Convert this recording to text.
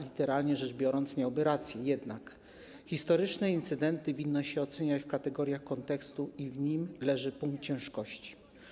Literalnie rzecz biorąc, miałby rację, jednak historyczne incydenty winno się oceniać w kategoriach kontekstu i w nim leży punkt ciężkości.